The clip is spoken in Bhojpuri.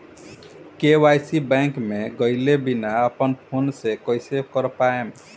के.वाइ.सी बैंक मे गएले बिना अपना फोन से कइसे कर पाएम?